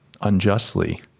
unjustly